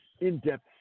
in-depth